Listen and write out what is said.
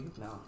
no